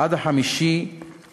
עד 5 בנובמבר.